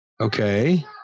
Okay